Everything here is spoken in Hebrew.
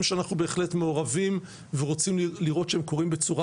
שאנחנו בהחלט מעורבים ורוצים לראות שהם קורים בצורה